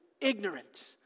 ignorant